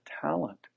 talent